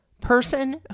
person